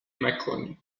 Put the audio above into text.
مکانی